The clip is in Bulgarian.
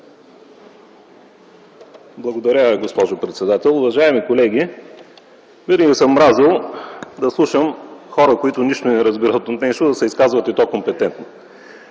Благодаря, госпожо председател. Уважаеми колеги, винаги съм мразел да слушам хора, които нищо не разбират, да се изказват, и то компетентно.